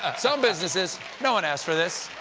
ah some businesses no one asked for this.